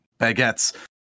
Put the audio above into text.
baguettes